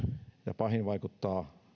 ja pahin vaikuttaa